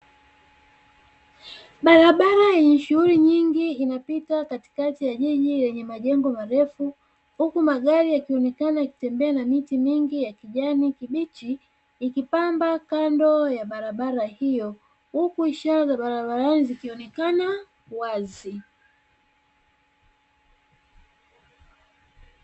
Barabara yenye shughuli nyingi inapita katikati ya jiji lenye majengo marefu, huku magari yakionekana yakitembea na miti mingi ya kijani kibichi ikipamba kando ya barabara hiyo, huku ishara za barabarani zikionekana wazi.